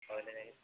କହିଲେ